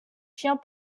chiens